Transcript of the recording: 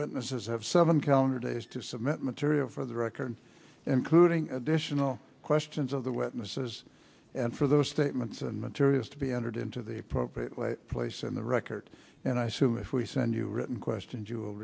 witnesses have seven calendar days to submit material for the record including additional questions of the witnesses and for those statements and materials to be entered into the appropriate place in the record and i said if we send you written questions you will